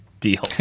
deal